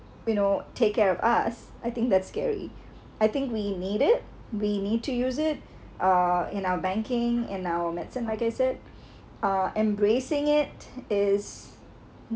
you know take care of us I think that's scary I think we need it we need to use it uh in our banking and our medicine I guess it uh embracing it is